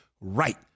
right